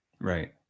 Right